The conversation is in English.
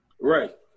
Right